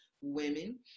women